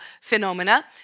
phenomena